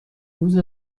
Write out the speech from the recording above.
روز